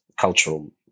cultural